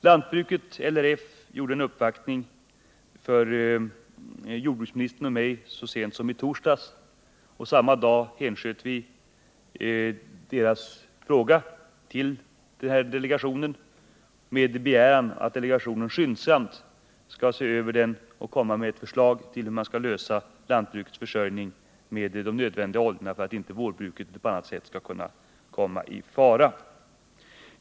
LRF gjorde en uppvaktning för jordbruksministern och mig så sent som i torsdags. Samma dag hänsköt vi deras fråga till den tillsatta delegationen med begäran att delegationen skyndsamt skulle behandla frågan och komma med förslag hur man skall lösa lantbrukets försörjning med olja för att inte vårbruket skall komma i fara.